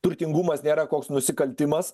turtingumas nėra koks nusikaltimas